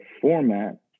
format